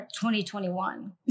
2021